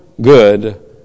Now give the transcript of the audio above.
good